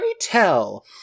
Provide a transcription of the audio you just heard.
tell